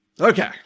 Okay